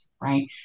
right